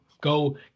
Go